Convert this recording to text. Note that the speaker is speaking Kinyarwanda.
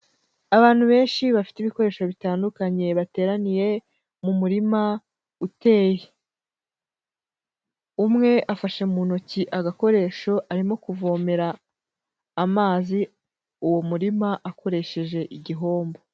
Abantu benshi bafite ibikoresho bitandukanye bateraniye mu murima uteye, umwe afashe agakoresho mu ntoki agakoresho, arimo kuvomera amazi uwo murima akoresheje igihombo.